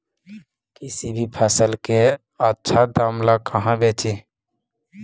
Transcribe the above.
किसी भी फसल के आछा दाम ला कहा बेची?